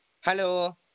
Hello